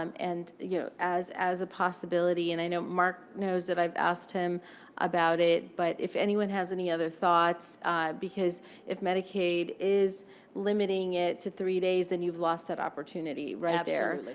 um and yeah as as a possibility. and i know mark knows that i've asked him about it. but if anyone has any other thoughts because if medicaid is limiting it to three days, then you've lost that opportunity right there.